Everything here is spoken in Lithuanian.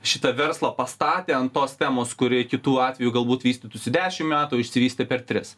šitą verslą pastatė ant tos temos kuri kitu atveju galbūt vystytųsi dešimt metų o išsivystė per tris